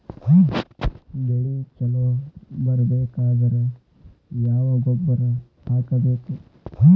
ಬೆಳಿ ಛಲೋ ಬರಬೇಕಾದರ ಯಾವ ಗೊಬ್ಬರ ಹಾಕಬೇಕು?